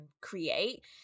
create